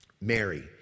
Mary